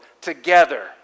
together